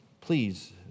please